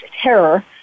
terror